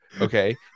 okay